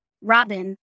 Robin